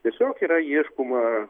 tiesiog yra ieškoma